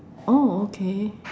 oh okay